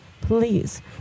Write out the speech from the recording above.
Please